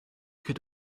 could